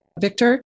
Victor